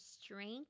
strength